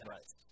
Right